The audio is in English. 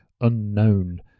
unknown